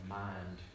mind